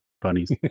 bunnies